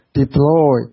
deploy